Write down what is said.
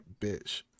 bitch